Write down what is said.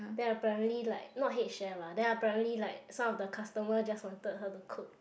then apparently like not head chef lah then apparently like some of the customer just wanted her to cook